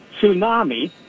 tsunami